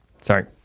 Sorry